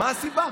מה הסיבה?